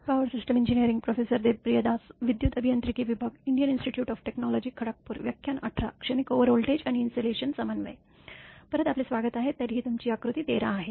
परत आपले स्वागत आहे तर ही तुमची आकृती १३ आहे